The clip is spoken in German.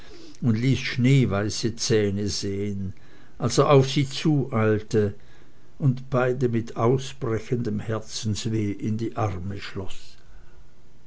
und ließ schneeweiße zähne sehen als er auf sie zueilte und beide mit ausbrechendem herzensweh in die arme schloß